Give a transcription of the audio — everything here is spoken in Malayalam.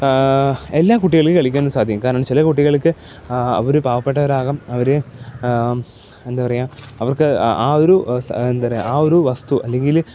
എല്ലാ കുട്ടികൾക്ക് കളിക്കാനും സാധിക്കും കാരണം ചില കുട്ടികൾക്ക് അവർ പാവപ്പെട്ടവരാകാം അവർ എന്താ പറയുക അവർക്ക് ആ ഒരു എന്താ പറയുക ആ ഒരു വസ്തു അല്ലെങ്കിൽ